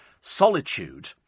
solitude